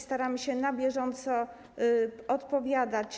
Staramy się na bieżąco odpowiadać.